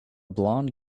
blond